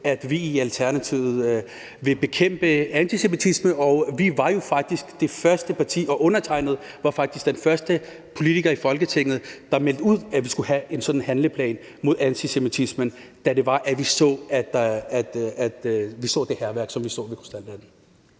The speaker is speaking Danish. at vi i Alternativet vil bekæmpe antisemitisme, og vi var faktisk det første parti, og undertegnede var faktisk den første politiker i Folketinget, der meldte ud, at vi skulle have en sådan handleplan mod antisemitisme, da vi så det hærværk, der blev begået